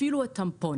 אפילו את הטמפונים,